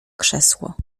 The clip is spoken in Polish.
krzesło